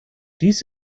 dies